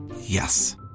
Yes